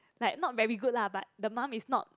like not very good lah but the mum is not